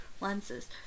lenses